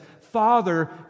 Father